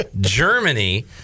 germany